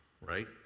right